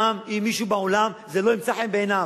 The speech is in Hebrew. גם אם מישהו בעולם, זה לא ימצא חן בעיניו.